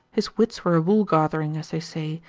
his wits were a wool-gathering, as they say,